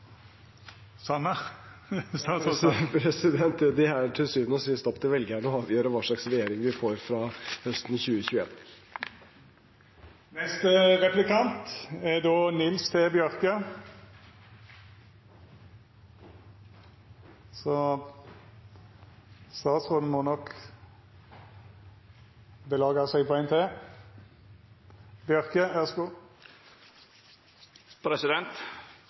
er til syvende og sist opp til velgerne å avgjøre hva slags regjering vi får fra høsten